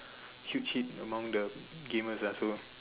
huge hit among the gamers ah so